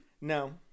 no